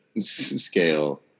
scale